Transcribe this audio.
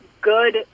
good